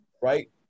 right